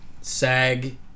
SAG